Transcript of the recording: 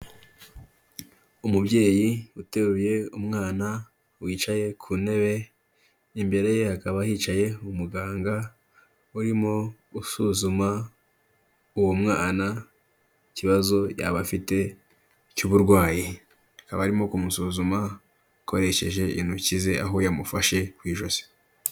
Umubyeyi uteruye umwana wicaye ku ntebe, imbere ye hakaba hicaye umuganga urimo gusuzuma uwo mwana ikibazo yaba afite cy'uburwayi, akaba arimo kumusuzuma akoresheje intoki ze aho yamufashe ku ijosi.